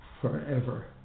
forever